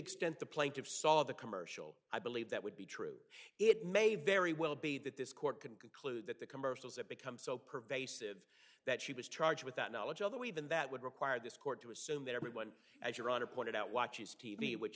extent the plaintiff saw the commercial i believe that would be true it may very well be that this court can conclude that the commercials have become so pervasive that she was charged with that knowledge other way than that would require this court to assume that everyone as your honor pointed out watches t v which